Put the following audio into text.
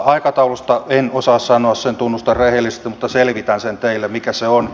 aikataulusta en osaa sanoa sen tunnustan rehellisesti mutta selvitän sen teille mikä se on